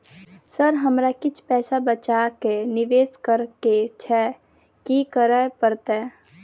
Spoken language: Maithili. सर हमरा किछ पैसा बचा कऽ निवेश करऽ केँ छैय की करऽ परतै?